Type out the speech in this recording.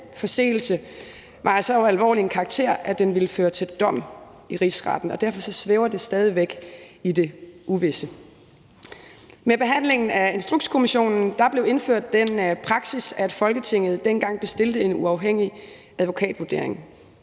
den forseelse var af så alvorlig karakter, at den ville føre til en dom i Rigsretten. Derfor svæver det stadig væk i det uvisse. Med behandlingen af Instrukskommissionen blev der indført den praksis, at Folketinget dengang bestilte en uafhængig advokatvurdering,